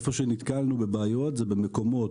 איפה שנתקלנו בבעיות זה במקומות,